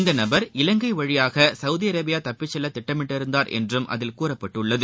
இந்த நபர் இலங்கை வழியாக சவுதி அரேபியா தப்பிச் செல்ல திட்டமிட்டிருந்தார் என்றும் அதில் கூறப்பட்டுள்ளது